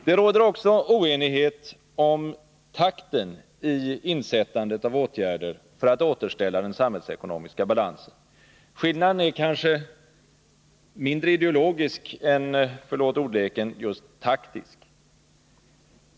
Det råder också oenighet om takten i insättandet av åtgärder för att återställa den samhällsekonomiska balansen. Skillnaden är här kanske mindre ideologisk än — förlåt ordleken — just taktisk.